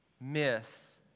miss